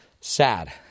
Sad